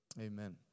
Amen